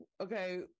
okay